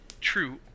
True